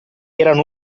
erano